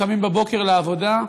קמים בבוקר לעבודה,